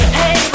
hey